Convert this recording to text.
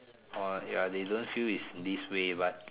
or ya they don't feel is this way but